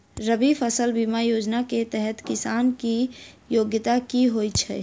रबी फसल बीमा योजना केँ तहत किसान की योग्यता की होइ छै?